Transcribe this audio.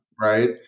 right